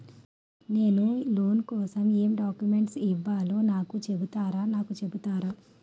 నేను లోన్ కోసం ఎం డాక్యుమెంట్స్ ఇవ్వాలో నాకు చెపుతారా నాకు చెపుతారా?